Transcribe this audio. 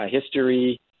history